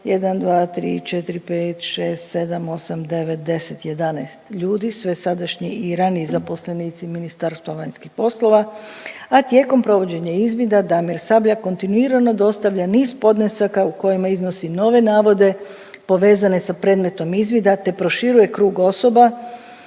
osam, devet, deset, jedanaest ljudi sve sadašnji i raniji zaposlenici Ministarstva vanjskih poslova, a tijekom provođenja izvida Damir Sabljak kontinuirano dostavlja niz podnesaka u kojima iznosi nove navode povezane sa predmetom izvida, te proširuje krug osoba